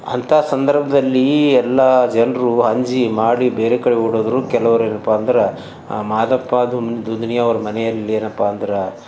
ಅಂಥಾ ಸಂದರ್ಭದಲ್ಲಿ ಎಲ್ಲಾ ಜನರು ಅಂಜಿ ಮಾಡಿ ಬೇರೆ ಕಡೆ ಓಡೋದ್ರು ಕೆಲವ್ರು ಏನಪ್ಪ ಅಂದ್ರೆ ಆ ಮಾದಪ್ಪದು ದುದ್ನಿಯವ್ರ ಮನೆಯಲ್ಲಿ ಏನಪ್ಪಾ ಅಂದ್ರೆ